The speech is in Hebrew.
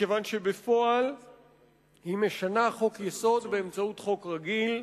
מכיוון שבפועל היא משנה חוק-יסוד באמצעות חוק רגיל.